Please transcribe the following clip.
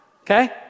okay